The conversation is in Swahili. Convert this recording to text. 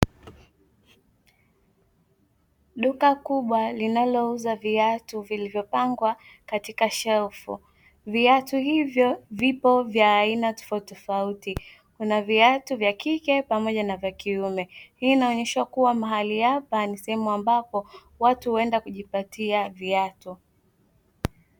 Duka kubwa linalouza viatu vilivyopangwa katika shelfu, viatu hivyo vipo vya aina tofautitofauti kuna viatu vya kike pamoja na vya kiume, hii inaonyesha kuwa mahali hapa ni sehemu ambapo watu huenda kujipatia viatu.